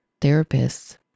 therapists